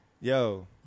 Yo